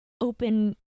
open